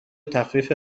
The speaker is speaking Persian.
تخفیف